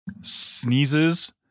Sneezes